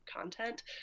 content